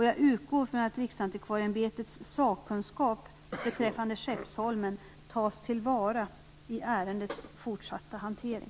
Jag utgår från att Riksantikvarieämbetets sakkunskap beträffande Skeppsholmen tas till vara i ärendets fortsatta hantering.